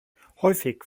häufig